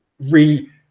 re